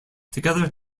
together